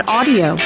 Audio